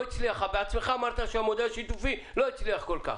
בעצמך אמרת שהמודל השיתופי לא הצליח כל כך.